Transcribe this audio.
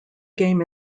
game